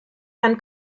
herrn